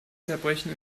zerbrechen